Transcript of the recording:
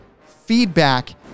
feedback